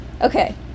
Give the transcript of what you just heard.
okay